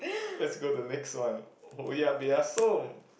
let's go to next one owa peya som